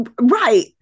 Right